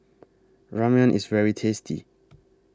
Ramyeon IS very tasty